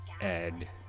Ed